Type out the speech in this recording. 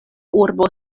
urbo